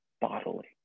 bodily